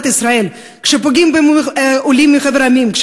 ישראל כשפוגעים בעולים מחבר המדינות,